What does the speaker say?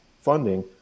funding